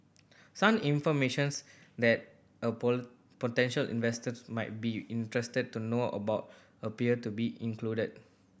some information that a potential investor might be interested to know about appear to be included